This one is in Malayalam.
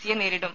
സിയെ നേരിടും